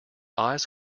eyes